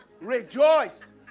Rejoice